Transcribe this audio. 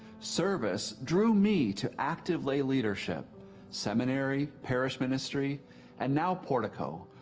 service drew me to active lay leadership seminary, parish ministry and now portico,